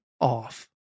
off